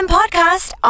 podcast